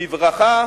בברכה,